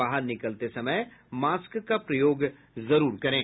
बाहर निकलते समय मास्क का प्रयोग जरूर करें